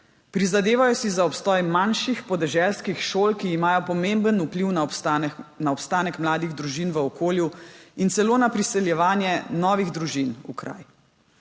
Prizadevajo si za obstoj manjših, podeželskih šol, ki imajo pomemben vpliv na obstanek mladih družin v okolju in celo na priseljevanje novih družin v kraj.